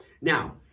Now